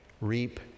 reap